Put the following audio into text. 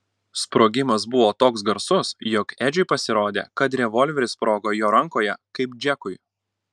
sprogimas buvo toks garsus jog edžiui pasirodė kad revolveris sprogo jo rankoje kaip džekui